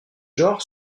genre